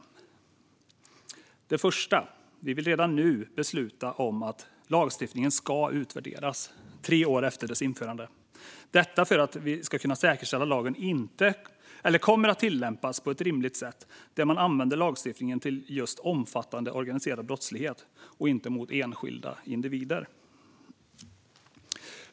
Först och främst vill vi redan nu besluta om att lagstiftningen ska utvärderas tre år efter införandet, detta för att säkerställa att lagen kommer att tillämpas på ett rimligt sätt och användas mot just omfattande organiserad brottslighet, inte mot enskilda individer.